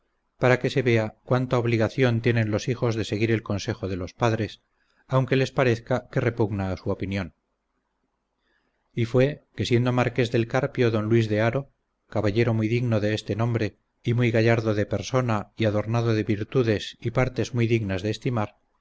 para que se vea cuánta obligación tienen los hijos de seguir el consejo de los padres aunque les parezca que repugna a su opinión y fue que siendo marqués del carpio don luis de haro caballero muy digno de este nombre y muy gallardo de persona y adornado de virtudes y partes muy dignas de estimar